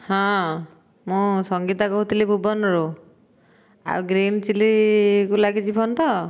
ହଁ ମୁଁ ସଙ୍ଗୀତା କହୁଥିଲି ଭୁବନରୁ ଆଉ ଗ୍ରୀନ ଚିଲ୍ଲିକୁ ଲାଗିଛି ଫୋନ ତ